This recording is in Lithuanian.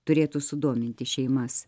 turėtų sudominti šeimas